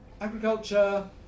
Agriculture